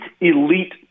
elite